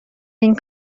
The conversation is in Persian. این